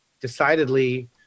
decidedly